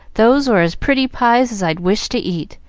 those are as pretty pies as i'd wish to eat,